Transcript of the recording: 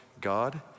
God